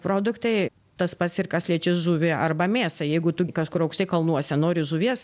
produktai tas pats ir kas liečia žuvį arba mėsą jeigu tu kažkur aukštai kalnuose nori žuvies